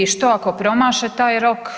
Što ako promaše taj rok?